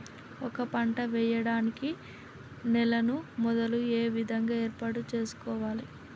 ఒక పంట వెయ్యడానికి నేలను మొదలు ఏ విధంగా ఏర్పాటు చేసుకోవాలి?